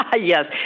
Yes